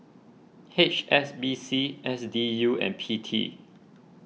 H S B C S D U and P T